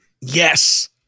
yes